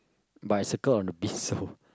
but I cycle on the beast so